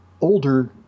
older